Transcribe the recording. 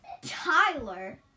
Tyler